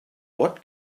what